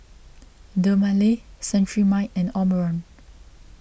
Dermale Cetrimide and Omron